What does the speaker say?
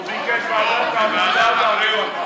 לא, הוא ביקש ועדת העבודה והבריאות.